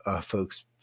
folks